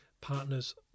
partners